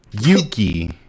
Yuki